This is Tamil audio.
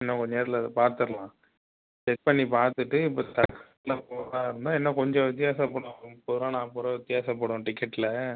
இன்னும் கொஞ்சம் நேரத்தில் அதை பார்த்துர்லாம் செக் பண்ணி பார்த்துட்டு இப்போ தட்கல்ல போகாமல் இன்னும் கொஞ்சம் வித்யாசப்படும் முப்பதுரூவா நாற்பதுரூவா வித்யாசப்படும் டிக்கெட்டில்